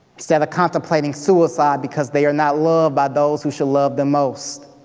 instead of contemplating suicide because they are not loved by those who shall love the most.